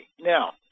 Now